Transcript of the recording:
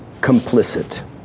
complicit